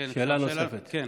שאלה נוספת.